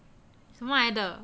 什么来的